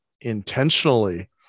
intentionally